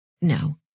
No